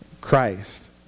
Christ